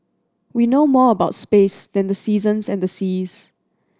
we know more about space than the seasons and the seas